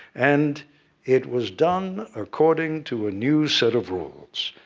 and it was done according to a new set of rules.